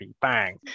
bang